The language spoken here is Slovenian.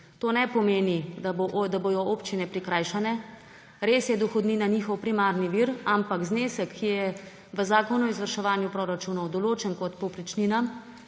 To ne pomeni, da bodo občine prikrajšane. Res je dohodnina njihov primarni vir, ampak znesek, ki je v zakonu o izvrševanju proračunov določen kot povprečnina,